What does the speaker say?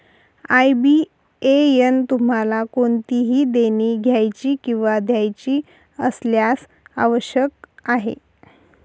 IBAN तुम्हाला कोणतेही देणी द्यायची किंवा घ्यायची असल्यास आवश्यक आहे